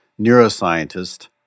neuroscientist